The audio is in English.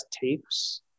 tapes